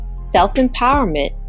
self-empowerment